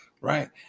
right